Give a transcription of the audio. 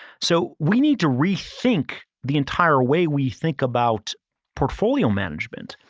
so, we need to rethink the entire way we think about portfolio management.